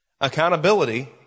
accountability